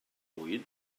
bwyd